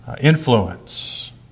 influence